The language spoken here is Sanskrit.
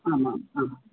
आमाम् आम्